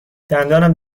دندانم